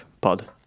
pod